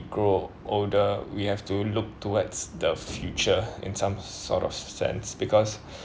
grow older we have to look towards the future in some sort of sense because